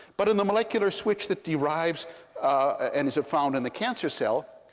but in the molecular switch that derives and is found in the cancer cell,